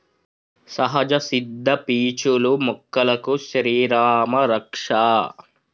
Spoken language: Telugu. సహజ సిద్ద పీచులు మొక్కలకు శ్రీరామా రక్ష